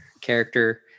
character